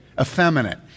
effeminate